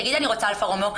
תגידי: אני רוצה אלפא רומיאו.